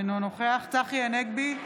אינו נוכח צחי הנגבי,